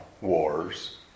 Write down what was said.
wars